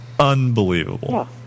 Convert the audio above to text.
Unbelievable